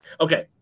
Okay